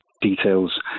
details